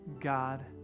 God